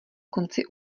konci